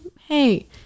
hey